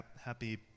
happy